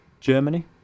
Germany